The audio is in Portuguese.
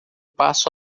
passo